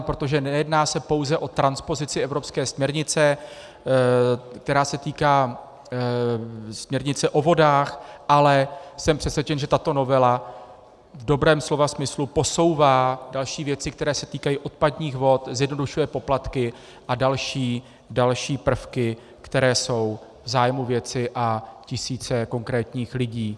Protože nejedná se pouze o transpozici evropské směrnice, která se týká směrnice o vodách, ale jsem přesvědčen, že tato novela v dobrém slova smyslu posouvá další věci, které se týkají odpadních vod, zjednodušuje poplatky a další prvky, které jsou v zájmu věci a tisíce konkrétních lidí.